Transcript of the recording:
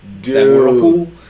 dude